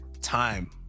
Time